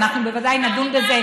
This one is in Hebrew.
ואנחנו בוודאי נדון בזה,